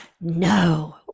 no